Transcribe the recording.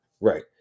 Right